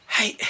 Hey